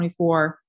24